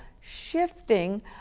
shifting